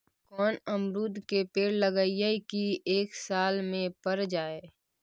कोन अमरुद के पेड़ लगइयै कि एक साल में पर जाएं?